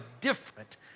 different